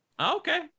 Okay